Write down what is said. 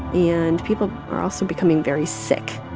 and people are also becoming very sick.